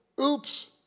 Oops